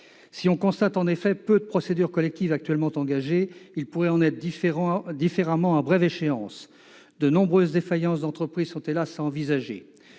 des entreprises. Peu de procédures collectives sont actuellement engagées, mais il pourrait en être différemment à brève échéance. De nombreuses défaillances d'entreprises sont, hélas ! à envisager.